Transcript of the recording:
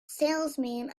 salesman